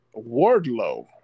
Wardlow